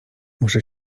muszę